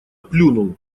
плюнул